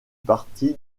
parti